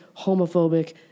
homophobic